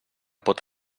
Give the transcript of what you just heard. pot